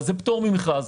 אבל זה פטור ממכרז.